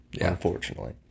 unfortunately